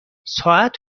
ساعت